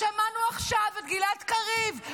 שמענו עכשיו את גלעד קריב,